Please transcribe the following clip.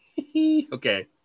Okay